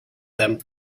them